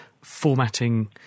formatting